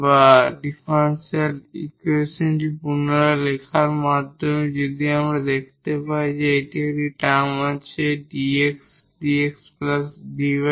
বা ডিফারেনশিয়াল ইকুয়েশনটি পুনরায় লেখার মাধ্যমে যদি আমরা দেখতে পাই যে একটি টার্ম আছে 𝑑𝑥 𝑑𝑥 𝑑𝑦 𝑑𝑦